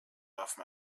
waffen